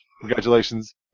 Congratulations